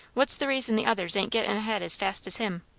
what's the reason the others ain't gettin' ahead as fast as him?